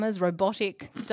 robotic